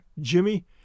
Jimmy